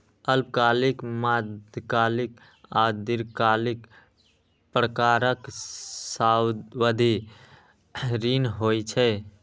अल्पकालिक, मध्यकालिक आ दीर्घकालिक प्रकारक सावधि ऋण होइ छै